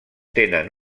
tenen